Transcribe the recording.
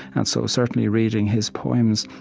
and so, certainly, reading his poems,